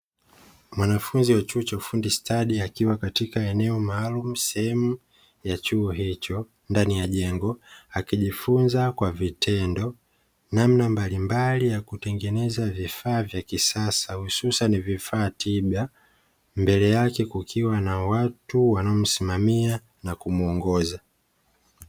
Mwanafunzi wa chuo cha ufundi stadi akiwa katika eneo maalumu sehemu ya chuo hicho ndani ya jengo, akijifunza kwa vitendo namna mbalimbali ya kutengeneza vifaa vya kisasa hususani vifaa tiba, mbele yake kukiwa na watu wanaomsimamia na kumuongoza.